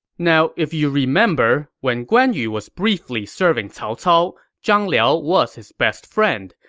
now, if you remember, when guan yu was briefly serving cao cao, zhang liao was his best friend.